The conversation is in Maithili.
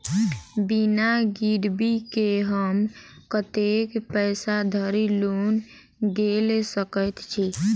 बिना गिरबी केँ हम कतेक पैसा धरि लोन गेल सकैत छी?